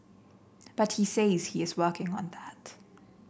but he says he is working on that